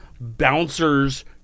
Bouncers